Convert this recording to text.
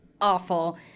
awful